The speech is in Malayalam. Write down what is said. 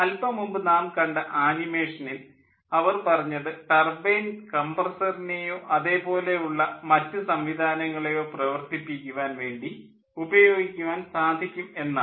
അല്പം മുമ്പ് നാം കണ്ട ആനിമേഷനിൽ അവർ പറഞ്ഞത് ടർബൈൻ കംപ്രസ്സറിനേയോ അതേപോലെയുള്ള മറ്റു സംവിധാനങ്ങളെയോ പ്രവർത്തിപ്പിക്കുവാൻ വേണ്ടി ഉപയോഗിക്കുവാൻ സാധിക്കും എന്നാണ്